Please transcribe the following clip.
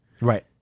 Right